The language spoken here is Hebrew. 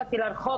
באתי לרחוב,